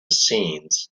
scenes